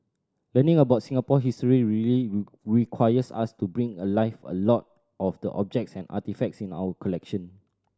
learning about Singapore history really requires us to bring alive a lot of the objects and artefacts in our collection